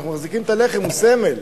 אנחנו מחזיקים את הלחם, הוא סמל.